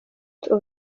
the